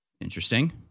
Interesting